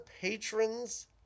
patron's